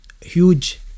huge